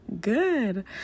good